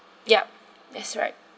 yup that's right